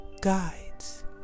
guides